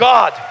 God